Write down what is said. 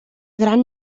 gran